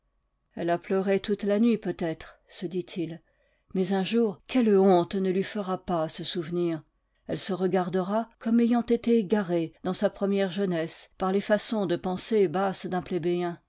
elle a pleuré toute la nuit peut-être se dit-il mais un jour quelle honte ne lui fera pas ce souvenir elle se regardera comme ayant été égarée dans sa première jeunesse par les façons de penser basses d'un